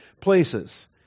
places